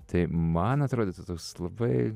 tai man atrodytų toks labai